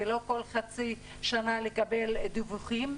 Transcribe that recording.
ולא כל חצי שנה לקבל דיווחים,